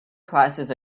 classes